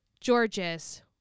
Georges